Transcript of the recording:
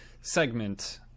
segment